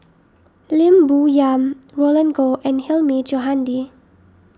Lim Bo Yam Roland Goh and Hilmi Johandi